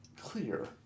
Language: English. clear